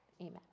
Amen